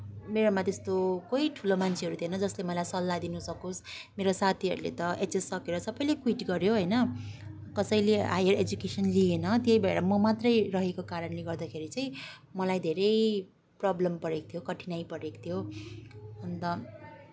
मेरोमा त्यस्तो कोही ठुलो मान्छेहरू थिएन जस्ले मलाई सल्लाह दिन सकोस् मेरो साथीहरूले त एचएस सकेर सबैले क्वीट गऱ्यो होइन कसैले हाइयर एजुकेसन लिएन त्यही भएर म मात्रै रहेको कारणले गर्दाखेरि चाहिँ मलाई धेरै प्रब्लम परेको थियो कठिनाई परेको थियो अन्त